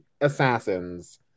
Assassins